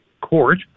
court